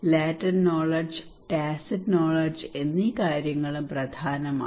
latent knowledge tacit knowledge എന്നീ കാര്യങ്ങളും പ്രധാനമാണ്